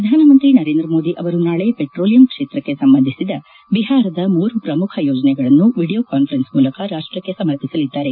ಪ್ರಧಾನಮಂತ್ರಿ ನರೇಂದ್ರ ಮೋದಿ ಅವರು ನಾಳೆ ಪೆಟ್ರೋಲಿಯಂ ಕ್ಷೇತ್ರಕ್ಕೆ ಸಂಬಂಧಿಸಿದ ಬಿಹಾರದ ಮೂರು ಪ್ರಮುಖ ಯೋಜನೆಗಳನ್ನು ವಿಡಿಯೋ ಕಾಸ್ವರೆನ್ಸ್ ಮೂಲಕ ರಾಷ್ಟಕ್ಕೆ ಸಮರ್ಪಸಲಿದ್ದಾರೆ